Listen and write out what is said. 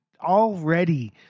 already